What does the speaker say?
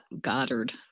Goddard